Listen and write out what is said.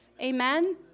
Amen